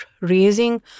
raising